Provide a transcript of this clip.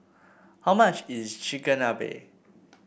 how much is Chigenabe